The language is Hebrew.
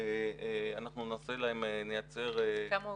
אנחנו נייצר --- כמה הוגשו?